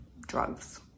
drugs